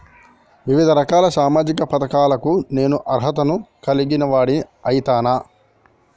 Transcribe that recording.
వివిధ రకాల సామాజిక పథకాలకు నేను అర్హత ను కలిగిన వాడిని అయితనా?